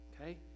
okay